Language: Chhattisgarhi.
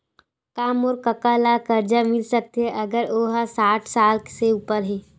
का मोर कका ला कर्जा मिल सकथे अगर ओ हा साठ साल से उपर हे?